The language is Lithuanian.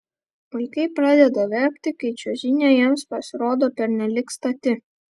vaikai pradeda verkti kai čiuožynė jiems pasirodo pernelyg stati